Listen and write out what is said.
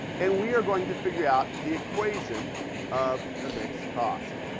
and we are going to figure out the equation of the mixed cost,